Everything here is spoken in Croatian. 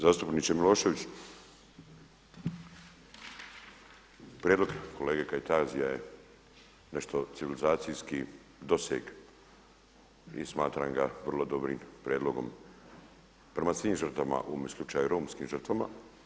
Zastupniče Milošević, prijedlog kolege Kajtazija je nešto civilizacijski doseg i smatram ga vrlo dobrim prijedlogom prema svim žrtvama u ovome slučaju romskim žrtvama.